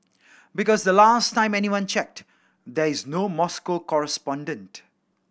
because the last time anyone checked there is no Moscow correspondent